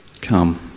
Come